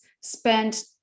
spent